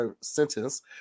sentence